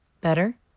Better